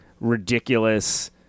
ridiculous